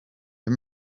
for